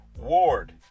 Ward